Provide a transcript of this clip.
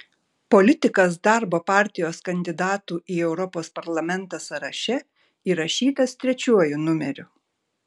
politikas darbo partijos kandidatų į europos parlamentą sąraše įrašytas trečiuoju numeriu